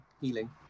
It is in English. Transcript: healing